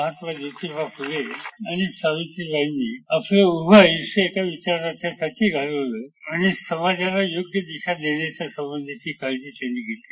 महात्मा जोतीबा फुले आणि सावित्रीबाईनी आपलं उभं आय्ष्य एका विचारासाठी घालवलं आणि समाजाला योग्य दिशा देण्यासंबंधीची काळजी त्यांनी घेतलेली